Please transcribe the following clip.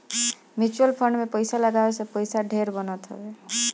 mutual fund में पईसा लगावे से पईसा ढेर बनत हवे